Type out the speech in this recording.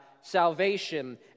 salvation